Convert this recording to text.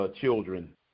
children